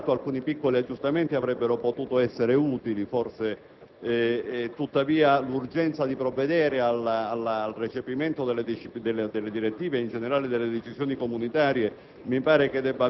Forse, in astratto, alcuni piccoli aggiustamenti avrebbero potuto essere utili, ma l'urgenza di provvedere al recepimento delle direttive e in generale delle decisioni comunitarie